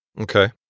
Okay